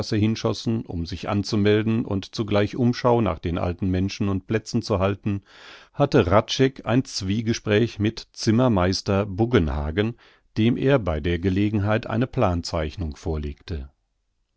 hinschossen um sich anzumelden und zugleich umschau nach den alten menschen und plätzen zu halten hatte hradscheck ein zwiegespräch mit zimmermeister buggenhagen dem er bei der gelegenheit eine planzeichnung vorlegte